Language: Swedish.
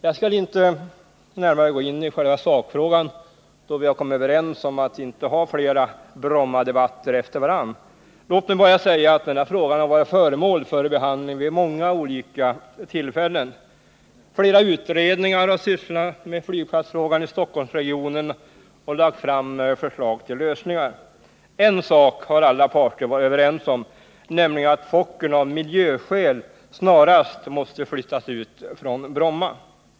Jag skallinte närmare gå in i själva sakfrågan, då vi har kommit överens om att inte ha flera Brommadebatter efter varandra. Låt mig bara säga att denna fråga har varit föremål för behandling vid många olika tillfällen. Flera utredningar har sysslat med Stockholmsregionens flygplatsfråga och lagt fram förslag till lösningar. En sak har alla parter varit överens om, nämligen att Fokkerplanen av miljöskäl snarast måste flyttas ut från Bromma.